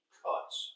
cuts